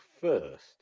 first